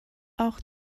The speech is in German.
auch